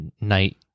night